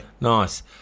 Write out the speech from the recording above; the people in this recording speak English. nice